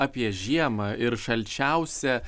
apie žiemą ir šalčiausią